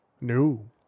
No